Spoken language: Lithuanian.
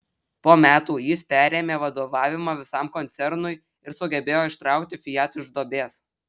po metų jis perėmė vadovavimą visam koncernui ir sugebėjo ištraukti fiat iš duobės